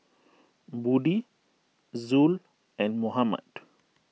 Budi Zul and Muhammad